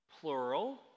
plural